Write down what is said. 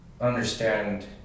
understand